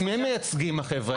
את מי הם מייצגים, החבר'ה האלה?